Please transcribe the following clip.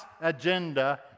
agenda